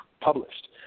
published